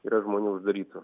yra žmonių uždarytų